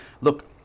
Look